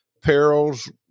perils